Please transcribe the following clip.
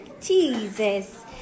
Jesus